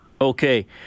Okay